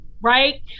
Right